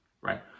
right